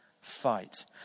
fight